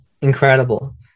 Incredible